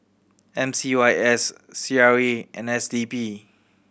M C Y S C R A and S D P